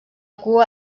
cua